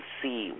see